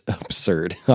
absurd